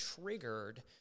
triggered